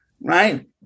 right